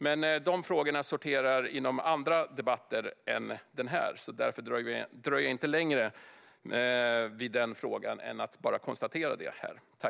Men dessa frågor sorterar under andra debatter än den här, och därför dröjer jag inte längre vid dem än att bara konstatera detta.